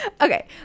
okay